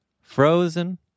frozen